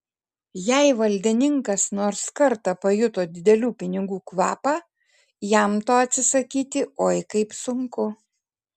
jei valdininkas nors kartą pajuto didelių pinigų kvapą jam to atsisakyti oi kaip sunku